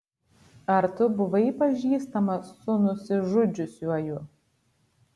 ar tu buvai pažįstamas su nusižudžiusiuoju